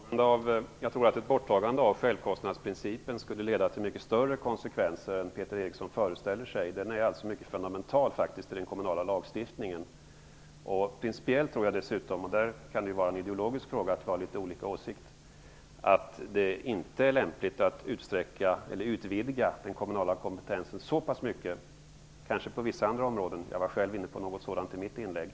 Fru talman! Jag tror att ett borttagande av självkostnadsprincipen skulle leda till mycket större konsekvenser än Peter Eriksson föreställer sig. Den är mycket fundamental i den kommunala lagstiftningen. Principiellt tror jag - och det kan vara en ideologisk fråga att vi där har litet olika åsikt - att det inte är lämpligt att här utvidga den kommunala kompetensen så pass mycket. Det kanske kan ske på vissa områden. Jag var själv inne på någonting sådant i mitt inlägg.